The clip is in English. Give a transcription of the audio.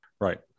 Right